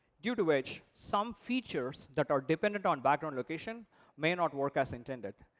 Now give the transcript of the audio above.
due to which some features that are dependent on background location may not work as intended.